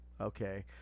okay